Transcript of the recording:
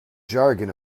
jargon